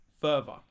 further